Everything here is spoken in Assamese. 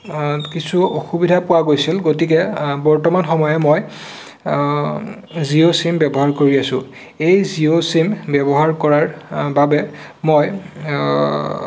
কিছু অসুবিধা পোৱা গৈছিল গতিকে বৰ্তমান সময়ে মই জিঅ' চিম ব্যৱহাৰ কৰি আছোঁ এই জিঅ' চিম ব্যৱহাৰ কৰাৰ বাবে মই